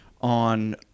On